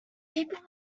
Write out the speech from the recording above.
paper